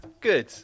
Good